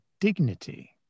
dignity